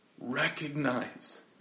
recognize